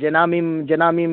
जेना मि जेना मि